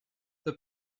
the